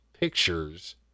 pictures